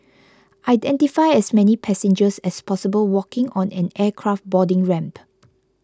identify as many passengers as possible walking on an aircraft boarding ramp